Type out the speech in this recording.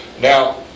Now